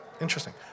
Interesting